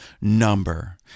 number